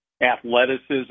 athleticism